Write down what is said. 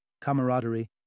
camaraderie